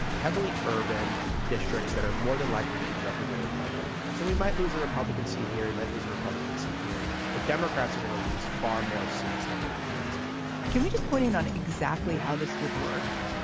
heavily urban districts that are more than likely to be represented by democrats. and we might lose a republican seat here. you might lose a republican. seat here. but democrats are going to lose far more seats than republicans are can we just hone in on exactly how this would work?